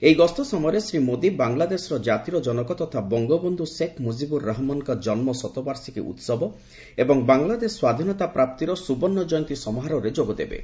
ଏହି ଗସ୍ତ ସମୟରେ ଶ୍ରୀ ମୋଦୀ ବାଂଲାଦେଶର ଜାତିର ଜନକ ତଥା ବଙ୍ଗବନ୍ଧୁ ଶେଖ୍ ମୁଜିବୁର ରେହମାନଙ୍କ ଜନ୍ମ ଶତବାର୍ଷିକୀ ଉତ୍ସବ ଏବଂ ବାଂଲାଦେଶ ସ୍ୱାଧୀନତା ପ୍ରାପ୍ତିର ସୁବର୍ଣ୍ଣ କ୍ଷୟନ୍ତୀ ସମାରୋହରେ ଯୋଗଦେବେ